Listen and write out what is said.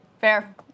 Fair